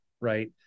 right